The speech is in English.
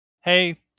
hey